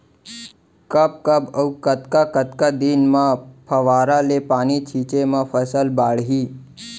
कब कब अऊ कतका कतका दिन म फव्वारा ले पानी छिंचे म फसल बाड़ही?